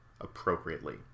appropriately